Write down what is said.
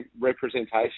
representation